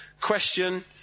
question